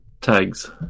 Tags